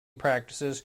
practices